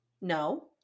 No